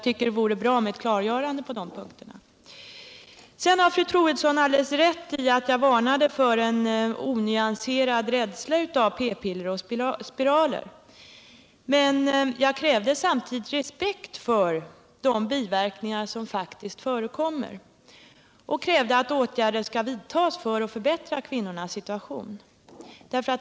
Det vore bra med ett klargörande på de punkterna. Fru Troedsson har alldeles rätt i att jag varnade för onyanserad rädsla för ppiller och spiraler. Men jag krävde samtidigt respekt för de biverkningar som faktiskt förekommer, och jag krävde att åtgärder skall vidtas för att förbättra kvinnornas situation.